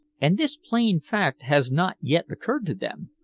and this plain fact has not yet occurred to them.